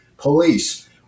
police